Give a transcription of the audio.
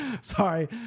Sorry